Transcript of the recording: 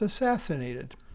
assassinated